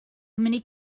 many